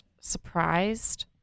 surprised